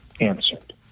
answered